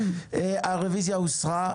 הוסרה,